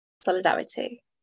solidarity